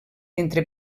entre